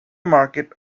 market